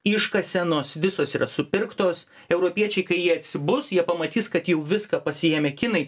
iškasenos visos yra supirktos europiečiai kai jie atsibus jie pamatys kad jau viską pasiėmė kinai